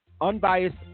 unbiased